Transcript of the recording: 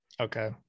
Okay